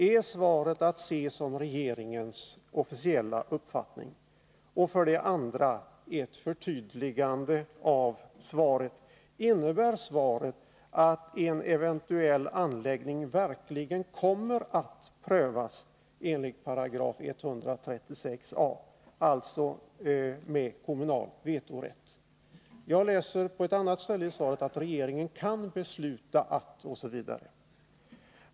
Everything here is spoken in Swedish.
Är svaret att se som regeringens officiella uppfattning? 2. Innebär svaret att en eventuell anläggning i Kynnefjäll verkligen kommer att prövas enligt 136 a §, dvs. med kommunal vetorätt? Jag vill gärna ha ett sådant förtydligande, då statsministern på ett annat ställe i svaret säger att regeringen kan besluta om prövning enligt nämnda paragraf.